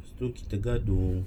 lepas tu kita gaduh